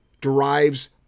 derives